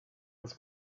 was